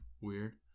weird